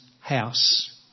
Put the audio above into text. house